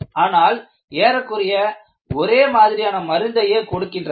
ஆனால் ஏறக்குறைய ஒரே மாதிரியான மருந்தையே கொடுக்கின்றனர்